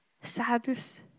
Sadness